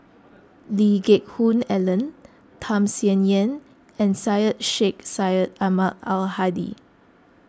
Lee Geck Hoon Ellen Tham Sien Yen and Syed Sheikh Syed Ahmad Al Hadi